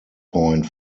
point